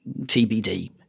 TBD